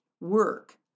work